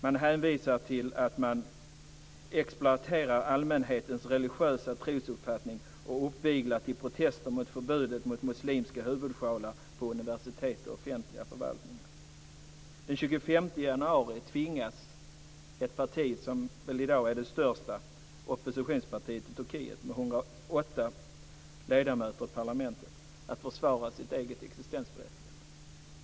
Man hävdar att partiet exploaterar allmänhetens trosuppfattning och uppviglar till protester mot förbudet mot muslimska huvudsjalar på universitet och i offentliga förvaltningar. Den 25 januari tvingas ett parti - som i dag är det största oppositionspartiet i Turkiet med 108 ledamöter i parlamentet - att försvara sitt eget existensberättigande.